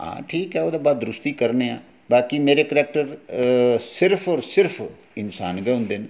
ठीक ऐ उ'दे बाद द्रिश्टी करनेआं बाकी मेरे करैक्टर सिर्फ और सिर्फ इंसान गै होंदे न